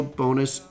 bonus